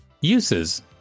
Uses